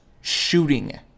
shooting